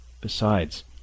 Besides